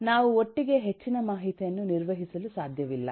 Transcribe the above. ನಾವು ಒಟ್ಟಿಗೆ ಹೆಚ್ಚಿನ ಮಾಹಿತಿಯನ್ನು ನಿರ್ವಹಿಸಲು ಸಾಧ್ಯವಿಲ್ಲ